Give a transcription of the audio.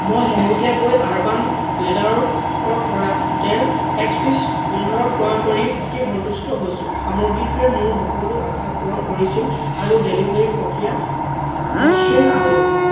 মই শেহতীয়াকৈ আৰ্বান লেডাৰৰপৰা ডেল এক্স পি এছ পোন্ধৰ ক্ৰয় কৰি অতি সন্তুষ্ট হৈছোঁ সামগ্ৰীটোৱে মোৰ সকলো আশা পূৰণ কৰিছিল আৰু ডেলিভাৰী প্ৰক্ৰিয়া মসৃণ আছিল